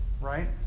Right